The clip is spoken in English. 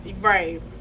Right